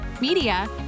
media